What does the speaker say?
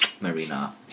Marina